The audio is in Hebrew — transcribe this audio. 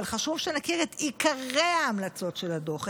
חשוב שנכיר את עיקרי ההמלצות של הדוח: